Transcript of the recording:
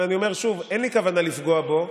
אבל אני אומר שוב: אין לי כוונה לפגוע בו,